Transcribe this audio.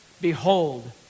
Behold